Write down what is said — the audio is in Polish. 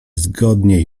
zgodnie